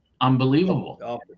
unbelievable